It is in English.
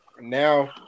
Now